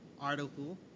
article